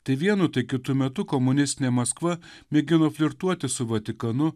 tai vienu tai kitu metu komunistinė maskva mėgino flirtuoti su vatikanu